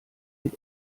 mit